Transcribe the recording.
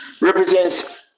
represents